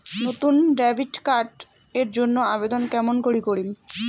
নতুন debit card এর জন্যে আবেদন কেমন করি করিম?